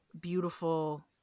beautiful